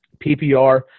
PPR